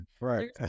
Right